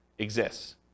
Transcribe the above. exists